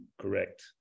correct